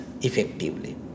effectively